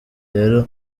rero